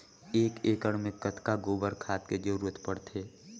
एक एकड़ मे कतका गोबर खाद के जरूरत पड़थे?